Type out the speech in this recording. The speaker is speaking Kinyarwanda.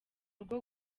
rwo